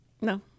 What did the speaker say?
No